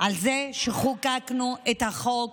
על זה שחוקקנו את החוק